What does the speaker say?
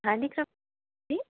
handcraft ఇది